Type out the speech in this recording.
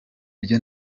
byo